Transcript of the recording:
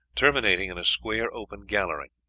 terminating in a square open gallery.